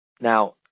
Now